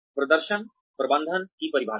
प्रदर्शन प्रबंधन की परिभाषाएँ